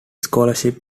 scholarship